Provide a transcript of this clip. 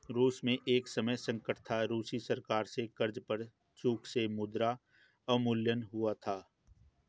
रूस में एक समय संकट था, रूसी सरकार से कर्ज पर चूक से मुद्रा अवमूल्यन हुआ था